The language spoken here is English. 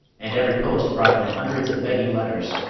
and every post brought them hundreds of begging letters,